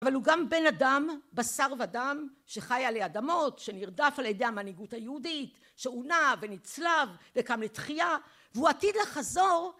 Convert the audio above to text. אבל הוא גם בן אדם בשר ודם שחי עלי אדמות שנרדף על ידי המנהיגות היהודית שעונה ונצלב וקם לתחייה והוא עתיד לחזור